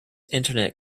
internet